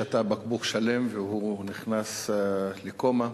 שתה בקבוק שלם והוא נכנס לקומה